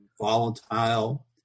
volatile